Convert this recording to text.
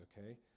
okay